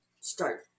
start